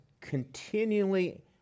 continually